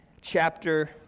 chapter